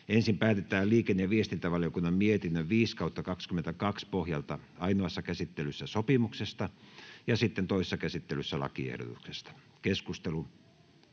Ensin päätetään liikenne- ja viestintävaliokunnan mietinnön LiVM 4/2022 vp pohjalta ainoassa käsittelyssä sopimuksesta ja sitten toisessa käsittelyssä lakiehdotuksesta. Osittain